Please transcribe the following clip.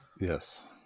Yes